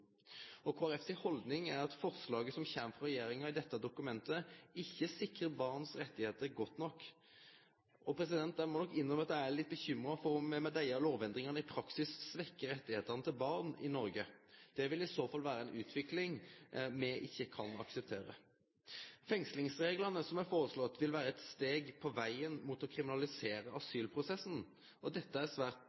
Kristeleg Folkeparti si haldning er at framlegget som kjem frå regjeringa i dette dokumentet, ikkje tryggjar barn sine rettar godt nok. Eg må nok innrømme at eg er litt uroleg for om desse lovendringane i praksis svekkjer rettane til barn i Noreg. Det vil i så fall vere ei utvikling me ikkje kan akseptere. Fengslingsreglane som er foreslåtte, vil vere eit steg på vegen mot å kriminalisere asylprosessen. Dette er svært